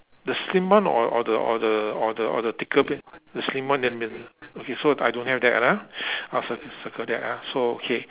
the slim one or or the or the or the or the thicker plane the slim one in the middle okay so I don't have that ah I'll circle circle that ah so okay